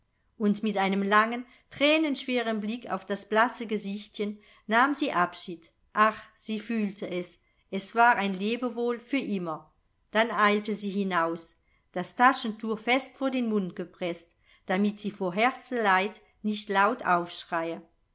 und mit einem langen thränenschweren blick auf das blasse gesichtchen nahm sie abschied ach sie fühlte es es war ein lebewohl für immer dann eilte sie hinaus das taschentuch fest vor den mund gepreßt damit sie vor herzeleid nicht laut aufschreie